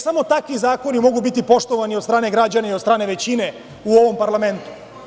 Samo takvi zakoni mogu biti poštovani od strane građana i od strane većine u ovom parlamentu.